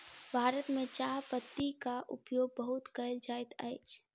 भारत में चाह पत्तीक उपयोग बहुत कयल जाइत अछि